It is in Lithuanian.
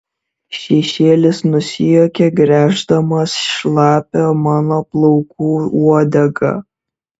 šešėlis nusijuokė gręždamas šlapią mano plaukų uodegą